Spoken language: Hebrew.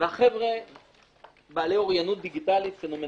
אני חייב להגיד בפתיח שעברתי תהליך בחודשים האחרונים.